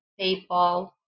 PayPal